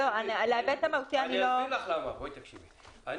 תקשיבי,